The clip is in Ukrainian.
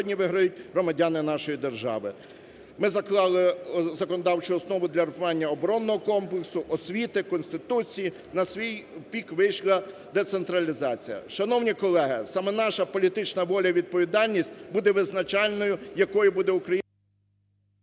сьогодні виграють громадяни нашої держави. Ми заклали законодавчу основу для реформування оборонного комплексу, освіти, Конституції, на свій пік вийшла децентралізація. Шановні колеги, саме наша політична воля і відповідальність буде визначальною, якою буде…